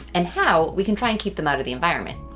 and how we can try and keep them out of the environment.